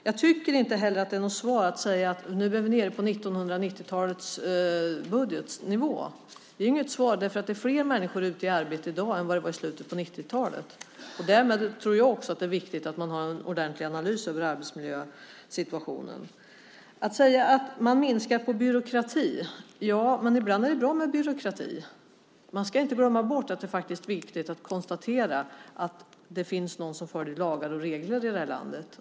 Jag tycker inte heller att det är ett svar att säga att vi är nere på 1990-talets budgetars nivå. Det är inget svar, för det är fler människor ute i arbete i dag än det var i slutet på 90-talet. Därmed tror jag också att det är viktigt att man har en ordentlig analys över arbetsmiljösituationen. Ministern säger att man minskar på byråkratin. Men ibland är det bra med byråkrati. Man ska inte glömma bort att det är viktigt att konstatera att det finns någon som följer lagar och regler i landet.